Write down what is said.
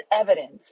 evidence